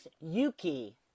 Yuki